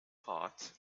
part